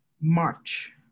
March